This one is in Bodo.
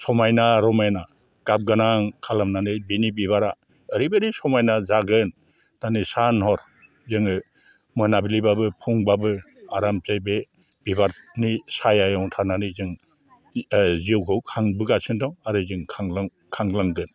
समायना रमायना गाब गोनां खालामनानै बिनि बिबारा ओरैबायदि समायना जागोन दानि सान हर जोङो मोनाबिलिबाबो फुंबाबो आरामसे बे बिबारनि सायायाव थानानै जों जिउखौ खांबोगासिनो दं आरो जों खांलांगोन